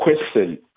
question